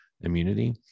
immunity